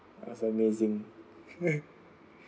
that's amazing